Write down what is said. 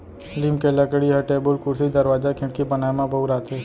लीम के लकड़ी ह टेबुल, कुरसी, दरवाजा, खिड़की बनाए म बउराथे